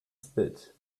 spit